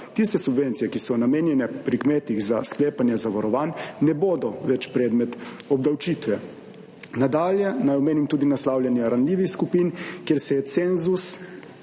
tiste subvencije, ki so namenjene pri kmetih za sklepanje zavarovanj ne bodo več predmet obdavčitve. Nadalje naj omenim tudi naslavljanja ranljivih skupin, kjer se je cenzus,